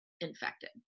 infected